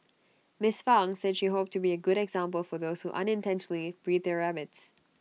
miss Fang said she hoped to be A good example for those who unintentionally breed their rabbits